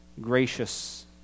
gracious